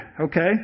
Okay